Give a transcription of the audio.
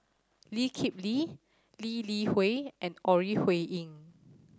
Lee Kip Lee Lee Li Hui and Ore Huiying